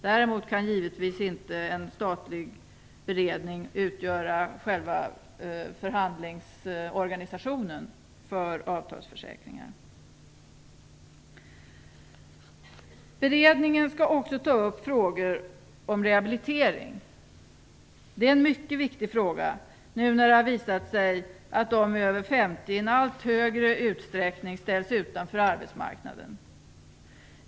Däremot kan givetvis inte en statlig beredning utgöra själva förhandlingsorganisationen för avtalsförsäkringar. Beredningen skall också ta upp frågor om rehabilitering. Det är en mycket viktig fråga, nu när det har visat sig att de över 50 i allt större utsträckning ställs utanför arbetsmarknaden.